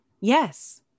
Yes